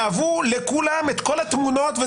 שאבו לכולם את כל התמונות.